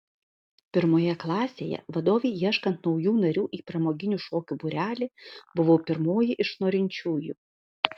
pirmoje klasėje vadovei ieškant naujų narių į pramoginių šokių būrelį buvau pirmoji iš norinčiųjų